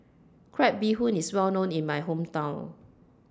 Crab Bee Hoon IS Well known in My Hometown